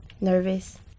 nervous